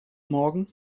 morgen